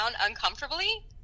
uncomfortably